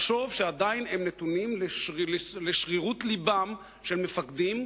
לחשוב שהם עדיין נתונים לשרירות לבם של מפקדים,